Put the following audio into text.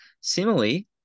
Similarly